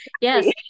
Yes